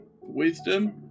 wisdom